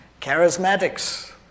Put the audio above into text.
charismatics